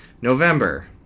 November